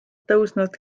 tõusnud